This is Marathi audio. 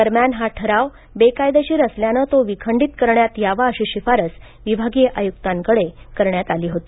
दरम्यान हा ठराव बेकायदेशीर असल्यानं तो विखंडित करण्यात यावा अशी शिफारस विभागीय आय्क्तांकडे करण्यात आली होती